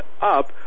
up